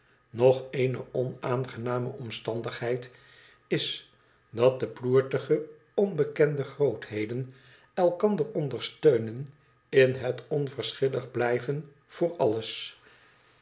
nog eene onaangename omstandigheid is dat de ploertie onbekende grootheden elkander ondersteunen in het onverschillig blijven voor alles